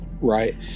right